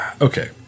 Okay